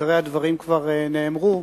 עיקרי הדברים כבר נאמרו.